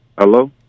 Hello